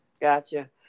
gotcha